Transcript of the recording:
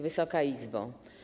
Wysoka Izbo!